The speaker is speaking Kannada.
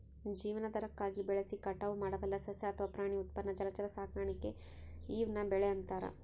ಜೀವನಾಧಾರಕ್ಕಾಗಿ ಬೆಳೆಸಿ ಕಟಾವು ಮಾಡಬಲ್ಲ ಸಸ್ಯ ಅಥವಾ ಪ್ರಾಣಿ ಉತ್ಪನ್ನ ಜಲಚರ ಸಾಕಾಣೆ ಈವ್ನ ಬೆಳೆ ಅಂತಾರ